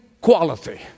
quality